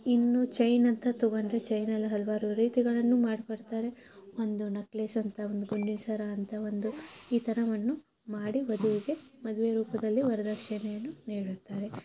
ಇನ್ನು ಚೈನ್ ಅಂತ ತಗೊಂಡ್ರೆ ಚೈನಲ್ಲಿ ಹಲವಾರು ರೀತಿಗಳನ್ನು ಮಾಡಿಕೊಡ್ತಾರೆ ಒಂದು ನಕ್ಲೇಸ್ ಅಂತ ಒಂದು ಗುಂಡಿನ ಸರ ಅಂತ ಒಂದು ಈ ಥರವನ್ನು ಮಾಡಿ ವಧುವಿಗೆ ಮದುವೆ ರೂಪದಲ್ಲಿ ವರದಕ್ಷಿಣೆಯನ್ನು ನೀಡುತ್ತಾರೆ